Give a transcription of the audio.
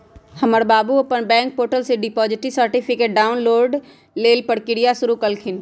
हमर बाबू अप्पन बैंक पोर्टल से डिपॉजिट सर्टिफिकेट डाउनलोड लेल प्रक्रिया शुरु कलखिन्ह